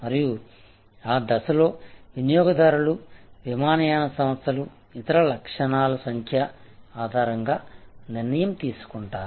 మరియు ఆ దశలో వినియోగదారులు విమానయాన సంస్థలు ఇతర లక్షణాల సంఖ్య ఆధారంగా నిర్ణయం తీసుకుంటారు